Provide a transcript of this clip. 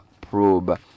probe